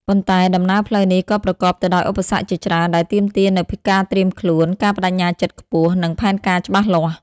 ប៉ុន្តែ ដំណើរផ្លូវនេះក៏ប្រកបទៅដោយឧបសគ្គជាច្រើនដែលទាមទារនូវការត្រៀមខ្លួន ការប្តេជ្ញាចិត្តខ្ពស់ និងផែនការច្បាស់លាស់។